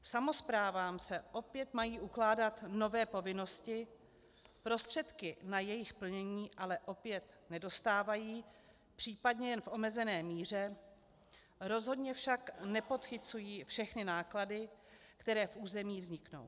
Samosprávám se opět mají ukládat nové povinnosti, prostředky na jejich plnění ale opět nedostávají, případně jen v omezené míře, rozhodně však nepodchycují všechny náklady, které v území vzniknou.